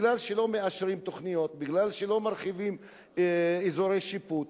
כי לא מאשרים תוכניות, כי לא מרחיבים אזורי שיפוט.